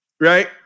Right